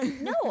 no